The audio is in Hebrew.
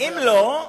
אם לא,